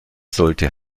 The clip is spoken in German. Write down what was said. sollte